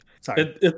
Sorry